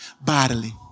bodily